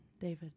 David